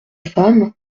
femme